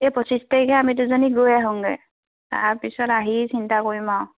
এই পঁচিছ তাৰিখে আমি দুইজনী গৈ আহোগে তাৰপিছত আহি চিন্তা কৰিম আৰু